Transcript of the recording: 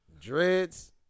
Dreads